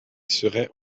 serait